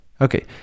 Okay